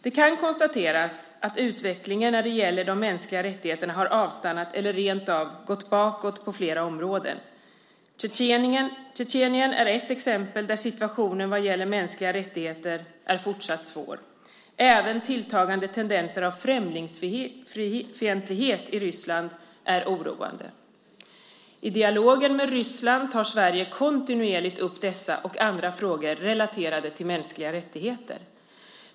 Det kan konstateras att utvecklingen när det gäller de mänskliga rättigheterna har avstannat eller rentav gått bakåt på flera områden. Tjetjenien är ett exempel där situationen vad gäller mänskliga rättigheter är fortsatt svår. Även tilltagande tendenser av främlingsfientlighet i Ryssland är oroande. I dialogen med Ryssland tar Sverige kontinuerligt upp dessa och andra frågor relaterat till mänskliga rättigheter.